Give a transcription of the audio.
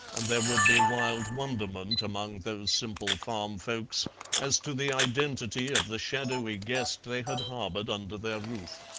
and there would be wild wonderment among those simple farm folks as to the identity of the shadowy guest they had harboured under their roof.